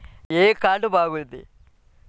ఏ card బాగుంది?